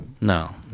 no